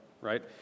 right